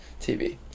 TV